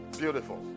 beautiful